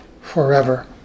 Forever